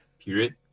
period